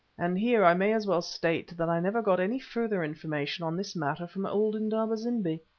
and here i may as well state that i never got any further information on this matter from old indaba-zimbi.